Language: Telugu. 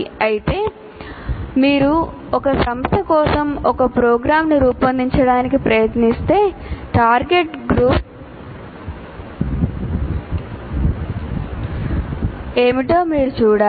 అయితే మీరు ఒక సంస్థ కోసం ఒక ప్రోగ్రామ్ను రూపొందించడానికి ప్రయత్నిస్తే arget group ఏమిటో మీరు చూడాలి